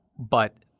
but